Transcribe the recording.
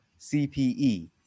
cpe